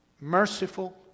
Merciful